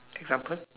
example